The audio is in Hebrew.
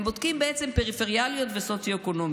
הם בודקים בעצם פריפריאליות וסוציו-אקונומי,